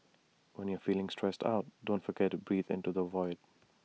when you are feeling stressed out don't forget to breathe into the void